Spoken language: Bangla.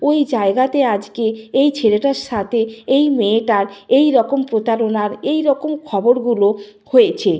ওই জায়গাতে আজকে এই ছেলেটার সাথে এই মেয়েটার এই রকম প্রতারণার এই রকম খবরগুলো হয়েছে